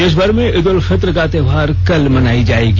देशभर में ईद उल फित्र का त्योहार कल मनाई जाएगा